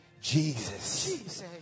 Jesus